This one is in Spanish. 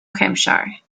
hampshire